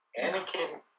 Anakin